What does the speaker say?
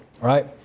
right